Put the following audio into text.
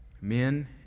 men